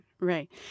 Right